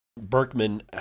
Berkman